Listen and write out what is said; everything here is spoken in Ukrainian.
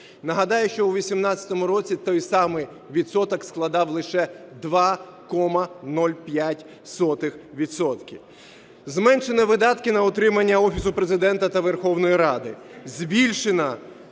Нагадаю, що у 2018 році той самий відсоток складав лише 2,05 відсотка. Зменшено видатки на утримання Офісу Президента та Верховної Ради. Збільшено